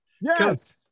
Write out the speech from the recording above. Yes